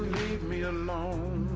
me alone,